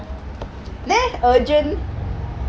then urgent